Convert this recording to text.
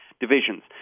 divisions